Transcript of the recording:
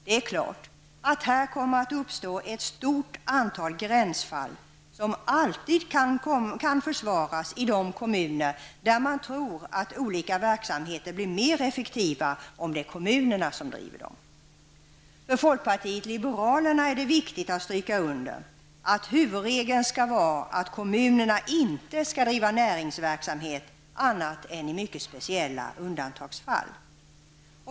Det är klart att här kommer att uppstå ett stort antal gränsfall, som alltid kan försvaras i de kommuner där man tror att olika verksamheter blir mer effektiva om det är kommunerna som driver dem. För folkpartiet liberalerna är det viktigt att stryka under, att huvudregeln skall vara att kommunerna inte skall driva näringsverksamhet annat än i mycket speciella undantagsfall.